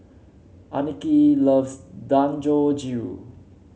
Annika loves Dangojiru